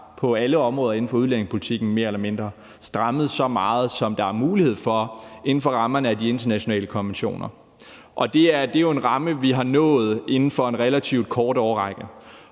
så meget inden for udlændingepolitikken, som der er mulighed for inden for rammerne af de internationale konventioner, og det er jo nogle rammer, vi har nået inden for en relativt kort årrække.